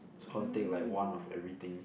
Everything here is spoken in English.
so I'll take like one of everything